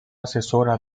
asesora